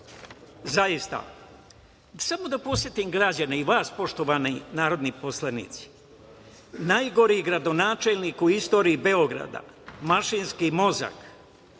Zaista. Samo da podsetim građane i vas poštovani poslanici, najgori gradonačelnik u istoriji Beograda, mašinski mozak,